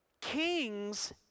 Kings